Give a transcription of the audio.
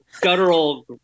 guttural